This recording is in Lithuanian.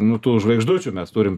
nu tų žvaigždučių mes turim